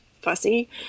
fussy